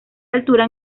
altura